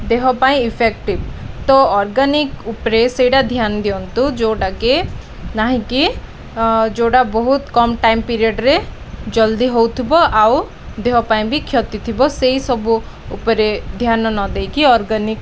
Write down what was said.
ଦେହ ପାଇଁ ଇଫେକ୍ଟିଭ୍ ତ ଅର୍ଗାନିକ ଉପରେ ସେଇଟା ଧ୍ୟାନ ଦିଅନ୍ତୁ ଯେଉଁଟାକି ନାହିଁକି ଯେଉଁଟା ବହୁତ କମ୍ ଟାଇମ୍ ପିରିୟଡ଼ରେ ଜଲ୍ଦି ହଉଥିବ ଆଉ ଦେହ ପାଇଁ ବି କ୍ଷତି ଥିବ ସେଇ ସବୁ ଉପରେ ଧ୍ୟାନ ନ ଦେଇକି ଅର୍ଗାନିକ୍